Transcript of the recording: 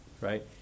right